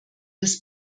des